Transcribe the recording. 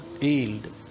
yield